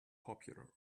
popular